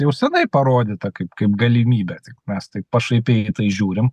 jau seniai parodyta kaip kaip galimybė tik mes taip pašaipiai į tai žiūrim